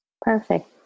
Perfect